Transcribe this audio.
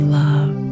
love